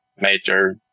major